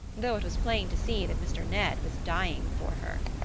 though it was plain to see that mr. ned was dying for her.